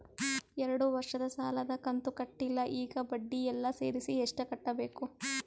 ಎರಡು ವರ್ಷದ ಸಾಲದ ಕಂತು ಕಟ್ಟಿಲ ಈಗ ಬಡ್ಡಿ ಎಲ್ಲಾ ಸೇರಿಸಿ ಎಷ್ಟ ಕಟ್ಟಬೇಕು?